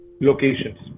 locations